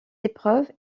épreuves